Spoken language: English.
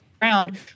ground